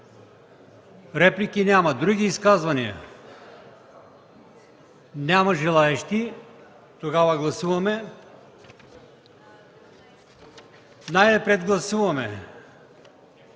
Реплики няма. Други изказвания? Няма желаещи. Тогава гласуваме! Най-напред гласуваме